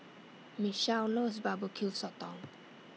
Michelle loves Barbecue Sotong